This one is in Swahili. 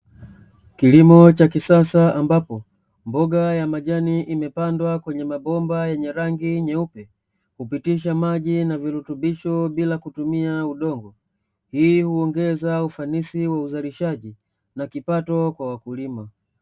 Kilimo cha kisasa ambapo mboga ya majani imepandwa kwenye mabomba yenye rangi nyeupe kupitisha maji na virutubisho bila kutumia udongo, hii huongeza ufanisi wa uzalishaji na kipato kwa wakulima.